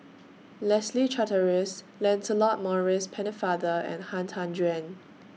Leslie Charteris Lancelot Maurice Pennefather and Han Tan Juan